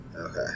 Okay